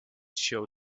show